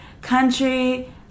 country